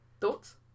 Thoughts